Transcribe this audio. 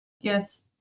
Yes